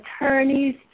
attorneys